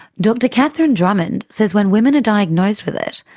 dr catherine drummond says when women are diagnosed with it,